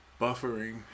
Buffering